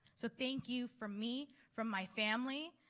so thank you for me, from my family,